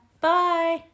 Bye